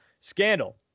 scandal